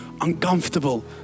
uncomfortable